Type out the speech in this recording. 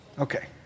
Okay